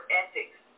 ethics